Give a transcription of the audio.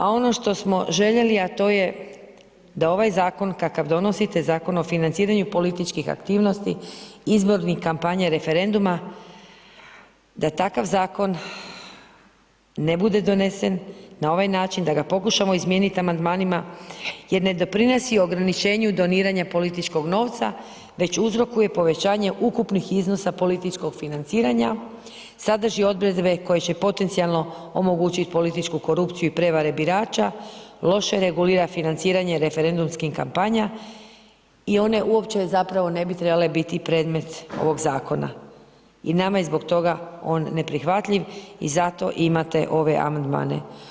A ono što smo željeli a to je da ovaj zakon kakav donosite, Zakon o financiranju političkih aktivnosti, izbornih kampanja i referenduma, da takav zakon ne bude donesen na ovaj način da ga pokušamo izmijenit amandmanima jer ne doprinosi ograničenju doniranja političkog novca, već uzrokuje povećanje ukupnih iznosa političkog financiranja, sadrži odredbe koje će potencijalno omogućit političku korupciju i prevare birača, loše regulira financiranje referendumskih kampanja i one uopće zapravo ne bi trebale biti predmet ovog zakona i nama je zbog toga on neprihvatljiv i zato imate ove amandmane.